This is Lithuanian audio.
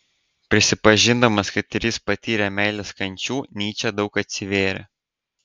prisipažindamas kad ir jis patyrė meilės kančių nyčė daug atsivėrė